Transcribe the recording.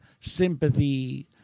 Sympathy